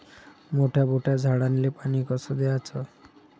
मोठ्या मोठ्या झाडांले पानी कस द्याचं?